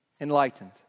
Enlightened